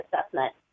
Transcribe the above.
assessment